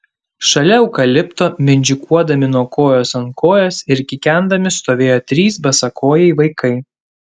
šalia eukalipto mindžikuodami nuo kojos ant kojos ir kikendami stovėjo trys basakojai vaikai